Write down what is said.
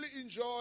enjoy